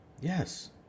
Yes